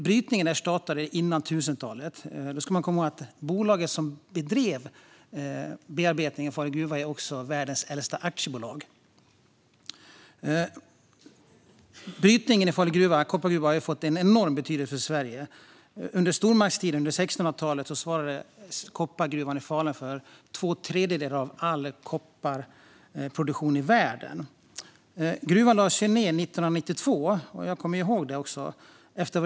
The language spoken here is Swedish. Brytningen startade före 1000-talet. Man ska komma ihåg att bolaget som bedrev bearbetning av Falu gruva också är världens äldsta aktiebolag. Brytningen i Falu koppargruva har haft en enorm betydelse för Sverige. Under stormaktstiden på 1600-talet svarade koppargruvan i Falun för två tredjedelar av all kopparproduktion i världen. Gruvan lades ned 1992 efter att ha varit i drift i över tusen år.